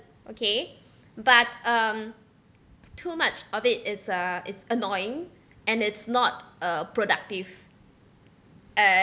okay but um too much of it is uh it's annoying and it's not a productive uh